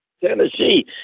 Tennessee